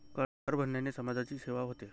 कर भरण्याने समाजाची सेवा होते